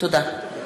תודה.